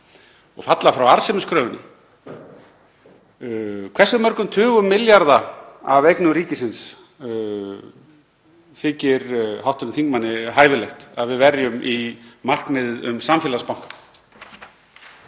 og falla frá arðsemiskröfunni. Hversu mörgum tugum milljarða af eignum ríkisins þykir hv. þingmanni hæfilegt að við verjum í markmiðið um samfélagsbanka?